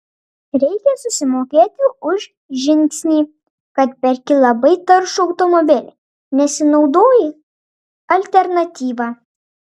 reikia susimokėti už žingsnį kad perki labai taršų automobilį nesinaudoji alternatyva